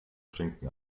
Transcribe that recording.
trinken